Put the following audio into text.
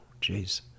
jeez